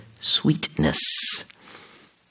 sweetness